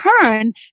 turn